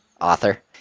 author